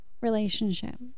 relationship